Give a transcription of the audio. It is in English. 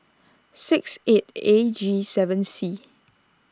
six eight A G seven C